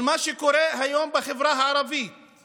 אבל מה שקורה היום בחברה הערבית זה